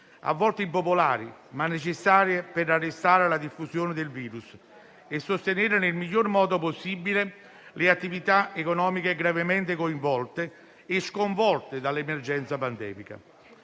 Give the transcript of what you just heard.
a volte impopolari, ma necessarie per arrestare la diffusione del virus e sostenere nel miglior modo possibile le attività economiche gravemente coinvolte e sconvolte dall'emergenza pandemica.